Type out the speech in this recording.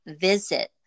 visit